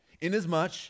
Inasmuch